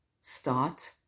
Start